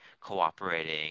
cooperating